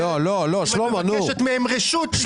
--- אין לך מושג על המשמעות שלו אם את מבקשת מהם רשות לפתוח מידע.